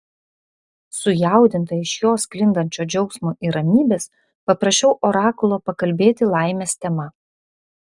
sujaudinta iš jo sklindančio džiaugsmo ir ramybės paprašiau orakulo pakalbėti laimės tema